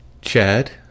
Chad